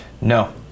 No